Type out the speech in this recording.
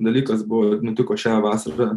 dalykas buvo nutiko šią vasarą